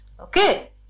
Okay